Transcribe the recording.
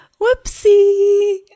Whoopsie